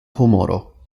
humoro